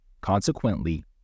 consequently